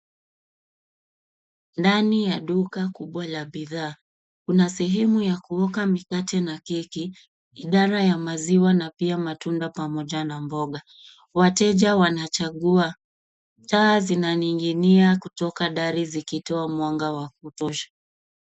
Ndani ya duka kubwa la bidhaa. Kuna sehemu ya kuoka mikate na keki, idara ya maziwa na pia matunda pamoja na mboga. Wateja wanachagua. Taa zinaning'inia kutoka dari zikitoa mwanga wa kutosha.